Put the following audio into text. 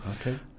Okay